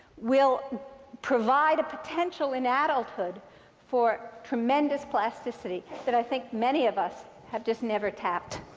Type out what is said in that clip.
will provide a potential in adulthood for tremendous plasticity that i think many of us have just never tapped.